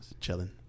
chilling